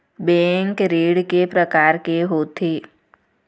Bank ऋण के प्रकार के होथे?